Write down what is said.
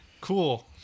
Cool